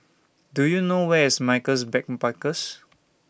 Do YOU know Where IS Michaels Backpackers